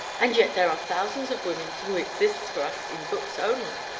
and yet there are thousands of women who exist for us in books only,